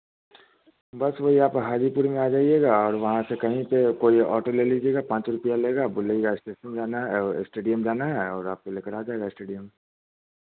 बस वही और हाजीपुर में आ जाईएगा और वहाँ से कहीं पर कोई ऑटो ले लीजिएगा पाँच रुपये लेगा आप बोलिएगा इस्टेशन जाना है इस्टेडियम जाना है और आपको लेकर आ जाइएगा इस्टेडियम